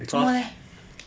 怎么 leh